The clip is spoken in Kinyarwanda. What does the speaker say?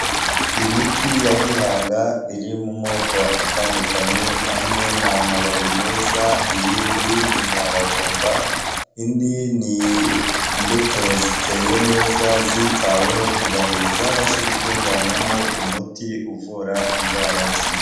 Imiti ya gihanga iri mu moko atandukanye amwe n'amababi meza, iyindi n'imiharavumba, indi n'imbuto ziteye neza zitaweho kugira ngo zizabashe gutunganywamo umuti uvura indwara.